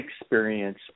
experience